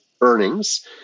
earnings